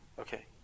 Okay